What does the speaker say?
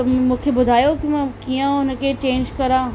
त मूंखे ॿुधायो की मां कीअं हुन खे चेंज कयां